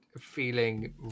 feeling